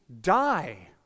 die